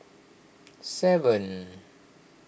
seven